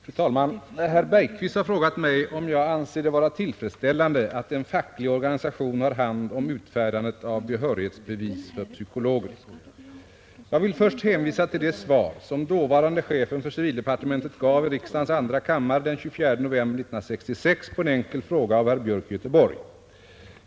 Fru talman! Herr Bergqvist har frågat mig om jag anser det vara tillfredsställande att en facklig organisation har hand om utfärdandet av behörighetsbevis för psykologer. Jag vill först hänvisa till det svar som dåvarande chefen för civildepartementet gav i riksdagens andra kammare den 24 november 1966 på en enkel fråga av herr Björk i Göteborg.